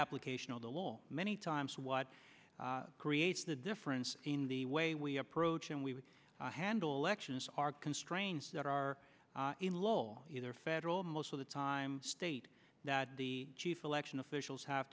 application of the law many times what creates the difference in the way we approach and we handle elections are constraints that are in law either federal most of the time state that the chief election officials have